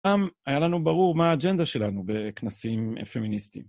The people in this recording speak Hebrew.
היה לנו ברור מה האג'נדה שלנו בכנסים פמיניסטיים.